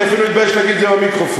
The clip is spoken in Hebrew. אני אפילו מתבייש להגיד את זה במיקרופון.